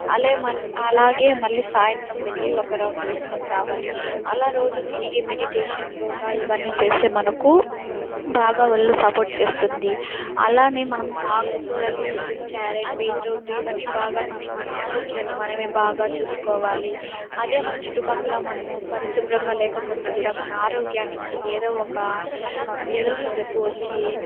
అలేమన అలాగే మళ్ళీ సాయంత్రం వెళ్ళి ఒక రౌండ్ వేసుకొని రావాలి అలా రోజు తిరిగి మెడిటేషన్ యోగ ఇవన్నీ చేస్తే మనకు బాగా ఒళ్ళు సపోర్ట్ చేస్తుంది అలానే మనము ఆకుకూరలు క్యారెట్ బీట్రూట్ ఇవన్నీ బాగా తిని మన ఆరోగ్యాన్ని మనమే బాగా చూసుకోవాలి అదే మన చుట్టుపక్కల మనము పరిశుభ్రంగా లేకపోతే కూడా మన ఆరోగ్యానికి ఏదో ఒక ఏదో ఒక జబ్బు వచ్చి